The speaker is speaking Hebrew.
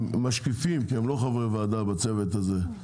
משקיפים כי הם לא חברי ועדה בצוות הזה,